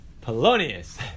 Polonius